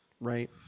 Right